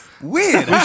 Weird